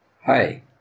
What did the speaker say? Hi